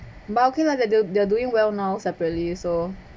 but okay lah they they they're doing well now separately so